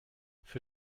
für